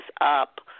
up